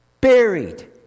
buried